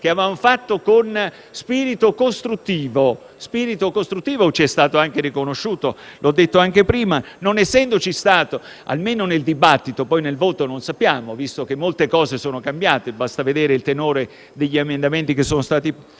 Avevamo fatto delle sollecitazioni con spirito costruttivo e ci è stato riconosciuto, l'ho detto anche prima. Non essendoci stata almeno nel dibattito - poi nel voto non sappiamo, visto che molte cose sono cambiate e basta vedere il tenore degli emendamenti presentati